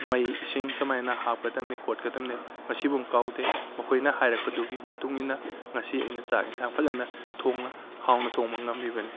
ꯃꯩ ꯏꯁꯤꯡ ꯁꯨꯃꯥꯏꯅ ꯍꯥꯞꯀꯗꯝꯅꯤ ꯈꯣꯠꯀꯗꯝꯅꯤ ꯉꯁꯤꯐꯧ ꯀꯥꯎꯗꯦ ꯃꯈꯣꯏꯅ ꯍꯥꯏꯔꯛꯄꯗꯨꯒꯤ ꯃꯇꯨꯡ ꯏꯟꯅ ꯉꯁꯤ ꯑꯩꯅ ꯆꯥꯛ ꯏꯟꯁꯥꯡ ꯐꯖꯅ ꯊꯣꯡꯅ ꯍꯥꯎꯅ ꯊꯣꯡꯕ ꯉꯝꯃꯤꯕꯅꯤ